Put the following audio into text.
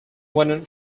when